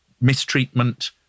mistreatment